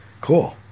Cool